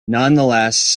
nonetheless